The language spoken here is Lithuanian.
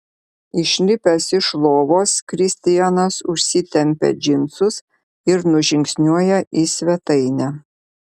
išlipęs iš lovos kristianas užsitempia džinsus ir nužingsniuoja į svetainę